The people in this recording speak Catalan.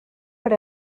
per